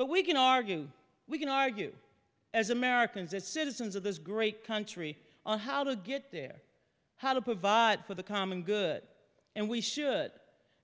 but we can argue we can argue as americans as citizens of this great country on how to get there how to provide for the common good and we should